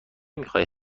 میخای